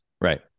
Right